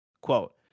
quote